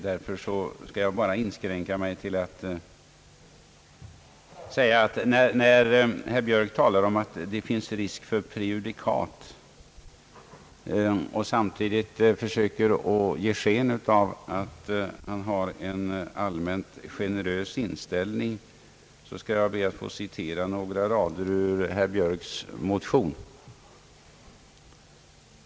Därför skall jag inskränka mig till att — när herr Björk talar om att det finns risk för prejudikat och samtidigt försöker ge sken av att han har en allmänt generös inställning — citera några rader ur herr Björks motion.